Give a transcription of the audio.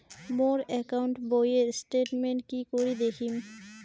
মোর account বইয়ের statement কি করি দেখিম?